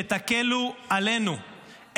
שתקלו עלינו,